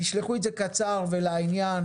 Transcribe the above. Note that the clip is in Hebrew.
תשלחו את זה קצר ולעניין,